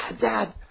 Dad